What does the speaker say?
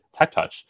TechTouch